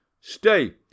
Stay